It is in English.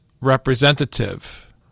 representative